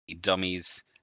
dummies